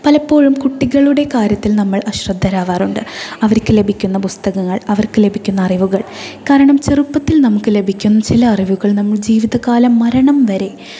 പലപ്പോഴും കുട്ടികളുടെ കാര്യത്തിൽ നമ്മൾ അശ്രദ്ധരാവാറുണ്ട് അവർക്ക് ലഭിക്കുന്ന പുസ്തകങ്ങൾ അവർക്ക് ലഭിക്കുന്ന അറിവുകൾ കാരണം ചെറുപ്പത്തിൽ നമുക്ക് ലഭിക്കും ചില അറിവുകൾ നമ്മൾ ജീവിതകാലം മരണം വരെ